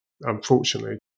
Unfortunately